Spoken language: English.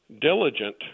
diligent